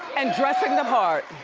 and dressing the part.